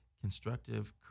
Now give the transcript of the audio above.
constructive